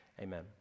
amen